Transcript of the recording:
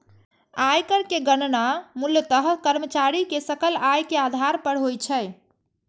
आयकर के गणना मूलतः कर्मचारी के सकल आय के आधार पर होइ छै